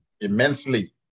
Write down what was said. immensely